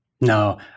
No